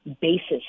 basis